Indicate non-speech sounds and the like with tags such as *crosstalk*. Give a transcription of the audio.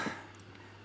*breath*